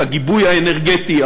הגיבוי האנרגטי,